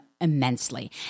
immensely